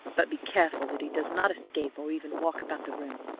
but be careful that he does not escape, or even walk about the room.